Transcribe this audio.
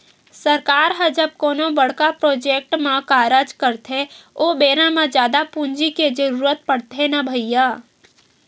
सरकार ह जब कोनो बड़का प्रोजेक्ट म कारज करथे ओ बेरा म जादा पूंजी के जरुरत पड़थे न भैइया